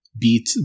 beat